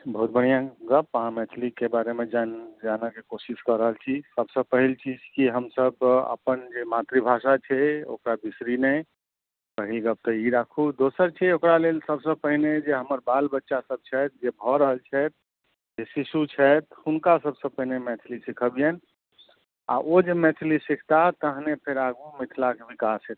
बहुत बढ़िआँ गप अहाँ मैथिलीके बारेमे जानैके कोशिश कऽ रहल छी सबसँ पहिल चीज छी की हमसब अपन जे मातृभाषा छै ओकरा बिसरी नहि पहिल गप तऽ ई राखू दोसर छै ओकरा लेल सबसँ पहिने जे हमर बाल बच्चा सब छथि जे भऽ रहल छथि जे शिशु छथि हुनका सबसँ पहिने मैथिली सिखबअनि आओर ओ जे मैथिली सिखता तहने फेर आगू मिथिलाके विकास हेतै